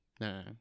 Nah